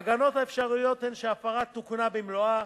ההגנות האפשריות הן שההפרה תוקנה במלואה,